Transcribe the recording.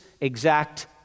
exact